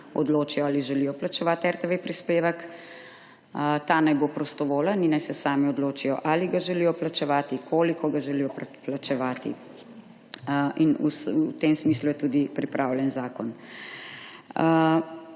odločijo, ali želijo plačevati RTV prispevek. Ta naj bo prostovoljen in naj se sami odločijo, ali ga želijo plačevati, koliko ga želijo plačevati. V tem smislu je tudi pripravljen zakon.